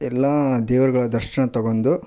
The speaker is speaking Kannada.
ಎಲ್ಲ ದೇವರುಗಳ ದರ್ಶನ ತಗೊಂಡು